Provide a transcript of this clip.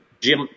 Jim